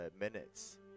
minutes